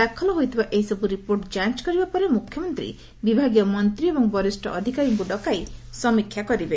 ଦାଖଲ ହୋଇଥିବା ଏହିସବୁ ରିପୋର୍ଟ ଯାଞ କରିବା ପରେ ମୁଖ୍ୟମନ୍ତୀ ବିଭାଗୀୟ ମନ୍ତୀ ଏବଂ ବରିଷ ଅଧିକାରୀଙ୍କ ଡକାଇ ସମୀକ୍ଷା କରିବେ